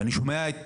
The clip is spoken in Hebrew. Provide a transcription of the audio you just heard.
ואני שומע את